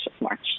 March